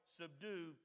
subdue